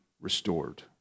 restored